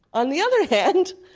on the other hand,